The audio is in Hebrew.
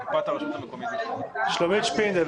התשלומים --- מקופת הרשות המקומית --- שלומית שפינדל,